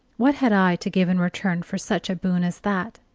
what had i to give in return for such a boon as that?